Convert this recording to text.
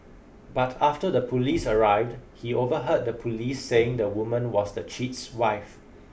but after the police arrived he overheard the police saying the woman was the cheat's wife